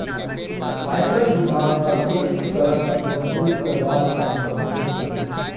आयकर विभाग प्रत्यक्ष करक वसूल करवार काम कर्छे